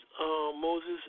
Moses